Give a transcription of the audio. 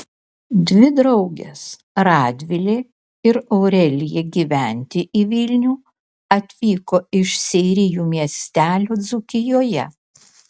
dvi draugės radvilė ir aurelija gyventi į vilnių atvyko iš seirijų miestelio dzūkijoje